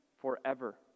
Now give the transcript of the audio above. forever